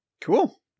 Cool